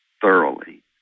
thoroughly